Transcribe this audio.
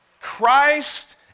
Christ